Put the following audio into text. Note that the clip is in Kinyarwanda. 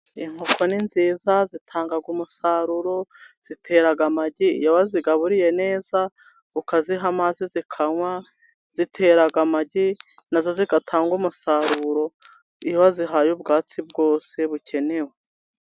Inkoko ni nziza zitanga umusaruro, zitera amagi iyo zigaburiye neza ukaziha amazi zikanywa, zitera amagi na zo zigatanga umusaruro, iyo wazihaye ubwatsi bwose bukenewe.